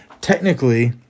technically